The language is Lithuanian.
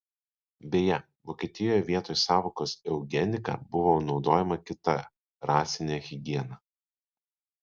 beje vokietijoje vietoj sąvokos eugenika buvo naudojama kita rasinė higiena